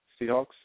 Seahawks